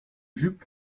jupe